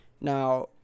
Now